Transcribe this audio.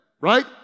right